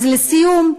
אז לסיום,